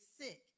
sick